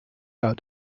out